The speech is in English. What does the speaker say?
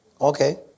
Okay